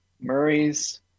Murray's